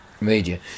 media